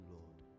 Lord